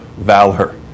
Valor